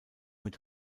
mit